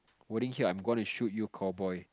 wording here I'm gonna shoot you cowboy